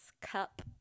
cup